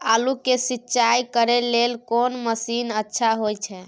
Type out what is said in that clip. आलू के सिंचाई करे लेल कोन मसीन अच्छा होय छै?